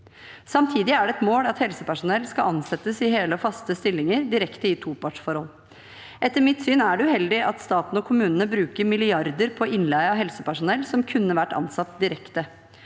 Samtidig er det et mål at helsepersonell skal ansettes i hele og faste stillinger, direkte i topartsforhold. Etter mitt syn er det uheldig at staten og kommunene bruker milliarder på innleie av helsepersonell som kunne vært ansatt direkte.